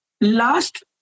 Last